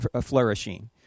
flourishing